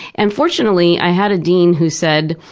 and fortunately, i had a dean who said,